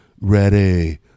ready